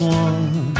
one